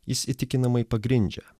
jis įtikinamai pagrindžia